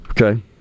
Okay